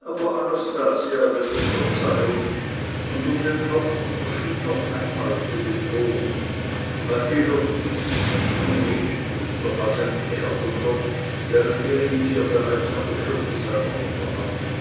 aber anastasia wird es verzeihen und um den hauptunterschied noch einmal zu betonen bei piloty gibt sich thumelikus noch als ein werdender während wir ihn hier bereits an der schürze seiner mutter hatten